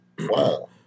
wow